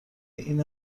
این